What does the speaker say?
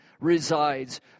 resides